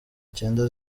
cyenda